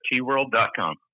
TWorld.com